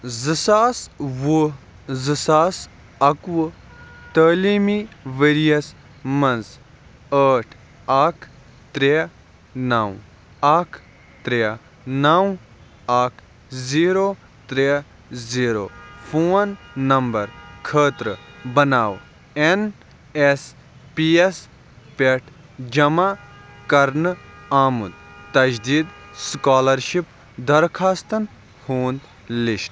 زٕ ساس وُہ زٕ ساس اَکوُہ تعلیٖمی ؤرۍیَس منٛز ٲٹھ اَکھ ترٛےٚ نَو اَکھ ترٛےٚ نَو اَکھ زیٖرو ترٛےٚ زیٖرو فون نَمبَر خٲطرٕ بَناو این ایس پی یَس پٮ۪ٹھ جمع کَرنہٕ آمُت تَشدیٖد سُکالَرشِپ دَرخواستَن ہُنٛد لِسٹہٕ